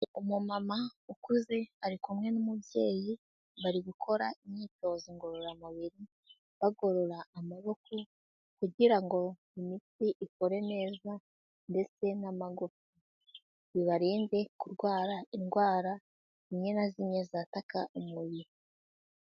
Umumama ukuze ari kumwe n'umubyeyi, bari gukora imyitozo ngororamubiri, bagorora amaboko kugira ngo imitsi ikore neza ndetse n'amagufa, bibarinde kurwara indwara zimwe na zimwe zataka umubiri.